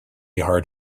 hard